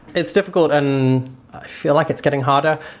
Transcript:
it's difficult and i feel like it's getting harder.